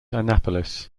annapolis